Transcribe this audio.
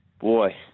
boy